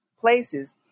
places